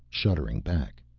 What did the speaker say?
shuddering back.